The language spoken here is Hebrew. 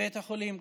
בית החולים.